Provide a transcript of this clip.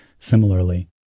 Similarly